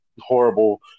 horrible